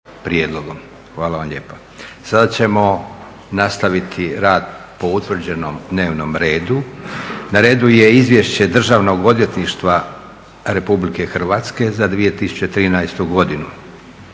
**Leko, Josip (SDP)** Sada ćemo nastaviti rad po utvrđenom dnevnom redu. - Izvješće Državnog odvjetništva Republike Hrvatske za 2013. godinu;